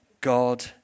God